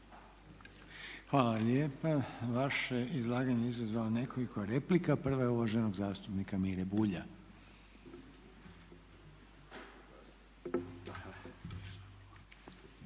Hvala lijepa. Vaše izlaganje izazvalo je nekoliko replika. Prva je uvaženog zastupnika Mire Bulja.